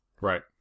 Right